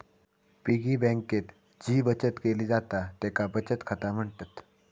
piggy बँकेत जी बचत केली जाता तेका बचत खाता म्हणतत